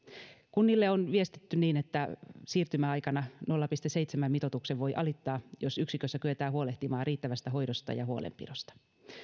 kunnille on viestitty niin että siirtymäaikana nolla pilkku seitsemän mitoituksen voi alittaa jos yksikössä kyetään huolehtimaan riittävästä hoidosta ja huolenpidosta